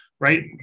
right